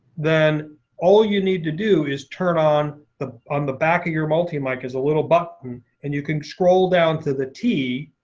then all you need to do is turn on the on the back of your multi mic is a little button and you can scroll down to the t.